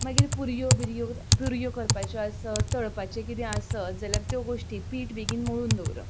मागीर पुरयो बिरयो पुरयो करपाच्यो आसत तळपाचें कितें आसत जाल्यार त्यो गोश्टी पीठ बेगीन मळून दवरप